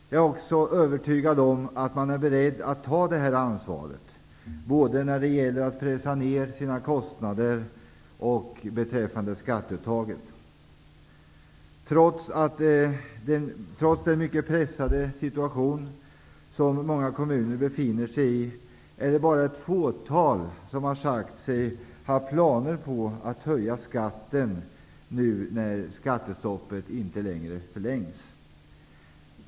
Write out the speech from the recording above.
Jag är också helt övetygad om att man är beredd att ta det ansvaret både när det gäller att pressa ner sina kostnader och beträffande skatteuttaget. Trots den mycket pressade situation som många kommuner befinner sig i är det bara ett fåtal som sagt sig ha planer på att höja skatten när nu skattestoppet inte förlängs.